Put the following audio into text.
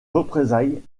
représailles